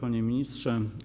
Panie Ministrze!